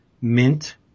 mint